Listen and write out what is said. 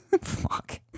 fuck